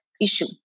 issue